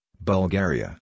Bulgaria